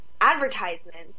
advertisements